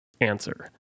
answer